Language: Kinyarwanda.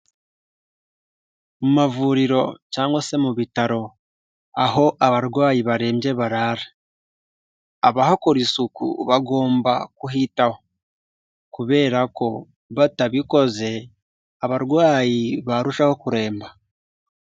Mu mavuriro cyangwa se mu bitaro, aho abarwayi barembye barara, abahakora isuku bagomba kutaho kubera ko batabikoze, abarwayi barushaho kuremba.